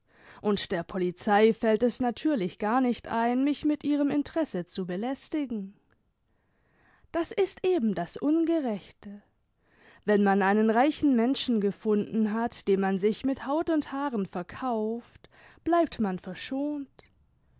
und der polizei fällt es natürlidh gar nicht ein mich mit ihrem interesse zu belästigen das ist eben das ungerechte wenn man einen reichen menschen gefimden hat dem man sich mit haut und haaren verkauft bleibt man verschont